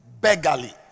beggarly